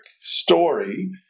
story